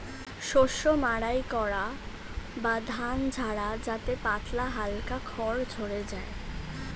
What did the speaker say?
শস্য মাড়াই করা বা ধান ঝাড়া যাতে পাতলা হালকা খড় ঝড়ে যায়